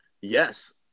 Yes